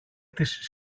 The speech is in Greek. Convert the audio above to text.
της